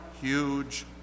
huge